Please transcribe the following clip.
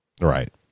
right